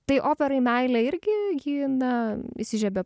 tai operai meilė irgi ji na įsižiebė